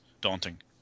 daunting